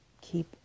keep